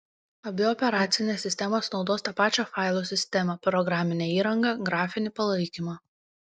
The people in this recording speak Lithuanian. abi operacinės sistemos naudos tą pačią failų sistemą programinę įrangą grafinį palaikymą